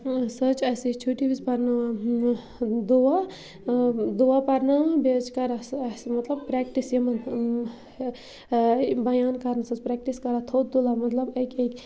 سُہ حظ چھِ اَسہِ یہِ چھُٹی وِزِ پَرناوان دُعا دُعا پَرناوان بیٚیہِ حظ چھِ کَران سُہ اَسہِ مطلب پرٛٮ۪کٹِس یِمَن بیان کَرنَس حظ پرٛٮ۪کٹِس کَران تھوٚد تُلان مَطلب اَکہِ اَکہِ